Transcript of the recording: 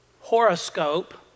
horoscope